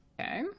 Okay